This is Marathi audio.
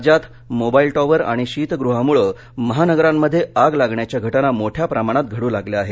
राज्यात मोबाईल टॉवर आणि शीतगृहामुळे महानगरांमध्ये आग लागण्याच्या घटना मोठ्या प्रमाणात घड्र लागल्या आहेत